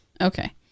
okay